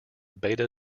beta